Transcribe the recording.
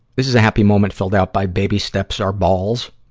this is a happy moment filled out by baby steps are balls.